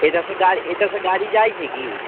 एतऽ से गाड़ी एतऽ से गाड़ी जाइत छै की